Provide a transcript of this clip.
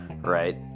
right